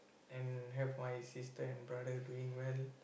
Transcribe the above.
and have my sister and brother doing well